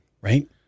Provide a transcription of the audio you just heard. Right